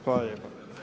Hvala lijepa.